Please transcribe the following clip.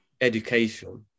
education